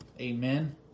Amen